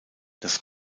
das